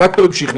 הטרקטור המשיך.